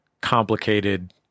complicated